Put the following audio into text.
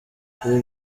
kuri